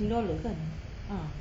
sing dollar kan ah